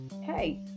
hey